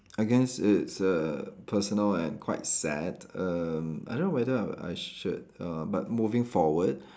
I guess it's err personal and quite sad erm I don't know whether I I should uh but moving forward